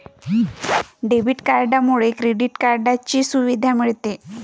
debit कार्डमुळे credit कार्डची सुविधा मिळते